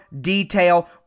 detail